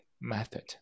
method